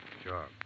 Sure